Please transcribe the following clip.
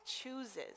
chooses